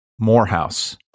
Morehouse